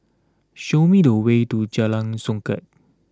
show me the way to Jalan Songket